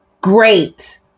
great